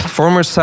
former